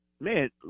man